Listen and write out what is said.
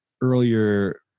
earlier